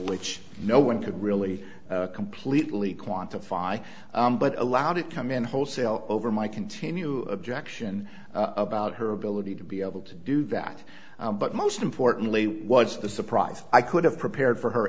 which no one could really completely quantify but allowed it come in wholesale over my continue objection about her ability to be able to do that but most importantly what's the surprise i could have prepared for her